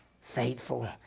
faithful